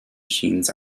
machines